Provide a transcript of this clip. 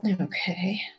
Okay